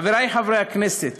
חברי חברי הכנסת